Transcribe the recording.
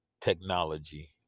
technology